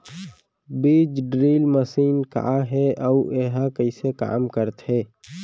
बीज drill machine का हे अऊ एहा कइसे काम करथे?